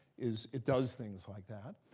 is it does things like that.